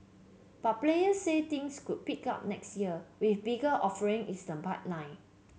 but players say things could pick up next year with bigger offering in the pipeline